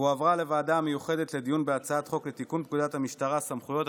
והועברה לוועדה המיוחדת לדיון בהצעת חוק לתיקון פקודת המשטרה (סמכויות),